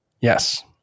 Yes